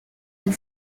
and